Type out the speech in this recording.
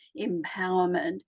empowerment